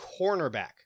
cornerback